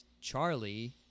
Charlie